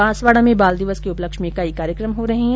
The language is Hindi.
बांसवाडा में बाल दिवस के उपलक्ष्य में कई कार्यकम हो रहे है